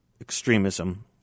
extremism